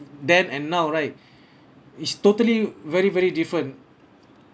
then and now right is totally very very different